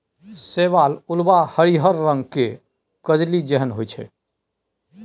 शैवाल उल्वा हरिहर रंग केर कजली जेहन होइ छै